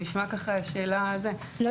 זו נשמעת שאלה כאימא --- לא,